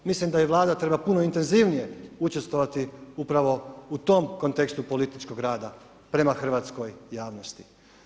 Mislim da vlada treba puno intenzivnije, učestvovati upravo u tom kontekstu političkog rada prema hrvatskoj javnosti.